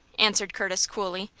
answered curtis, coolly.